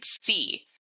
see